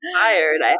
tired